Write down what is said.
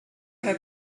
her